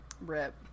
Rip